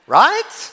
right